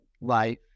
life